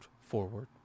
Forward